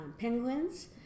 penguins